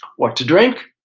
what to drink?